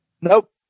Nope